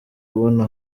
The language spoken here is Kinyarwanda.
ubona